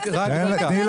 הכבוד.